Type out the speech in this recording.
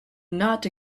not